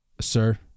sir